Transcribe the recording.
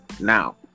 now